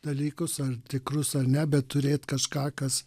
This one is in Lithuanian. dalykus ar tikrus ar ne bet turėt kažką kas